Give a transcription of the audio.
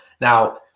Now